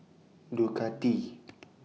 Ducati